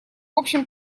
общем